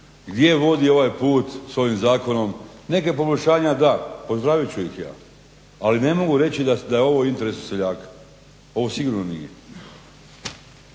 Gdje vodi ovaj put s ovim zakonom? Neke poboljšanja da, pozdravit ću ih ja ali ne mogu reći da je ovo u interesu seljaka. Ovo sigurno nije.